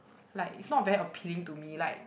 like it's not very appealing to me like